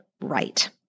right